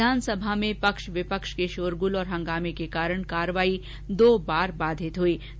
विधानसभा में पक्ष विपक्ष के शोरगुल और हंगामे के कारण कार्यवाही दो बार बाधित हुयी